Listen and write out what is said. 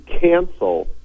cancel